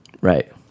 Right